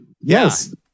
Yes